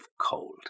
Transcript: cold